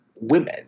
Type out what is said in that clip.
women